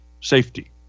safety